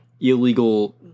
illegal